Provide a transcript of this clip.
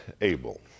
Abel